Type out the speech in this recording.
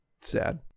sad